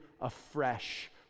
afresh